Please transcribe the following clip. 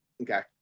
Okay